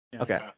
Okay